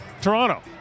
Toronto